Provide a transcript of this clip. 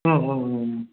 ம் ம் ம்